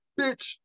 Bitch